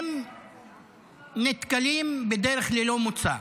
הם נתקלים בדרך ללא מוצא.